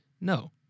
No